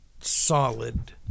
solid